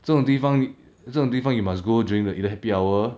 这种地方这种地方 you must go during the hap~ happy hour